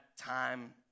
time